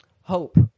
hope